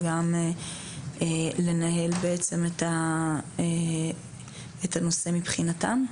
וגם לנהל בעצם את הנושא מבחינתם?